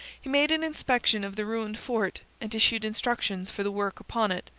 he made an inspection of the ruined fort, and issued instructions for the work upon it,